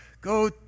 go